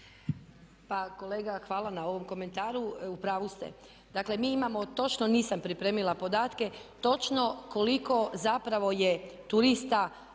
Pa kolega hvala na ovom komentaru, u pravu ste. Dakle mi imamo točno, nisam pripremila podatke, točno koliko zapravo je turista